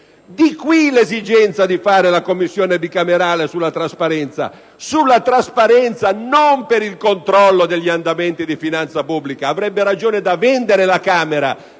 nasce l'esigenza di istituire la Commissione bicamerale sulla trasparenza: sulla trasparenza, non per il controllo degli andamenti di finanza pubblica. Avrebbe ragione da vendere la Camera